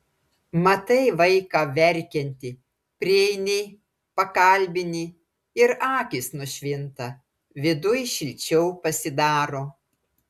matai vaiką verkiantį prieini pakalbini ir akys nušvinta viduj šilčiau pasidaro